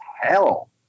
hell